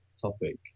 topic